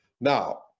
Now